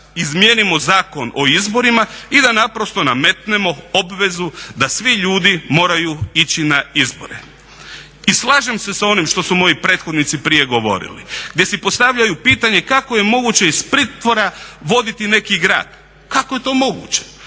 izmijenimo Zakon o izborima i da naprosto nametnemo obvezu da svi ljudi moraju ići na izbore. I slažem se sa onim što su moji prethodnici prije govorili gdje si postavljaju pitanje kako je moguće iz pritvora voditi neki grad. Kako je to moguće?